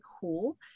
cool